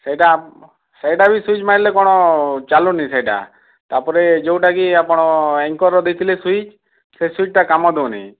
ସେଇଟା ସେଇଟା ବି ସୁଇଚ୍ ମାରିଲେ କ'ଣ ଚାଲୁନି ସେଇଟା ତା'ପରେ ଯେଉଁଟାକି ଆପଣ ଏଙ୍କର୍ର ଦେଇଥିଲେ ସୁଇଚ୍ ସେ ସୁଇଚ୍ ଟା କାମ ଦଉନି